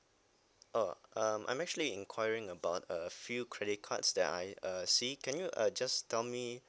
uh I'm actually inquiring about a few credit cards that I uh see can you uh just tell me